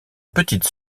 petite